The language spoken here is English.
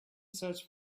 search